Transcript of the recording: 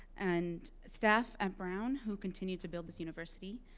and staff at brown, who continued to build this university.